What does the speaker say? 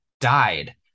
died